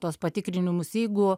tuos patikrinimus jeigu